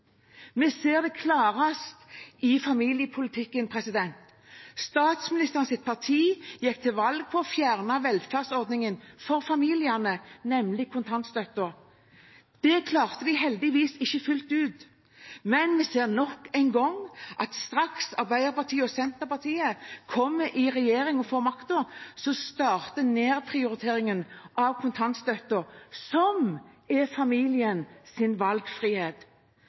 Vi ser det klarest i familiepolitikken. Statsministerens parti gikk til valg på å fjerne en velferdsordning for familiene, nemlig kontantstøtten. Det klarte de heldigvis ikke fullt ut, men vi ser nok en gang at straks Arbeiderpartiet og Senterpartiet kommer i regjering og får makten, starter nedprioriteringen av kontantstøtten, som er familiens valgfrihet.